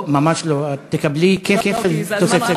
ממש לא, את תקבלי כפל תוספת.